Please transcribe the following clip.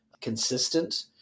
consistent